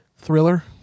Thriller